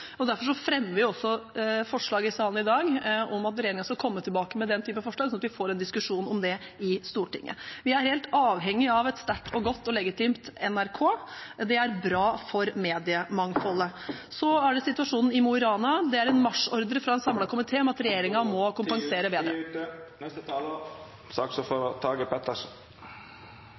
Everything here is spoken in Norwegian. fremmer vi også forslag i salen i dag om at regjeringen skal komme tilbake med den typen forslag, sånn at vi får en diskusjon om det i Stortinget. Vi er helt avhengig av et sterkt, godt og legitimt NRK. Det er bra for mediemangfoldet. Så er det situasjonen i Mo i Rana. Det er en marsjordre fra en samlet komité om at regjeringen må kompensere bedre. Tida er ute.